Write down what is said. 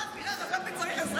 לא אפריע, חשבתי שאתה צריך עזרה.